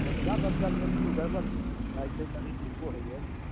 समस्या तऽ आजकल देखिऔ गड़बड़ भैशए जेतै कभी ठीको होइ गेल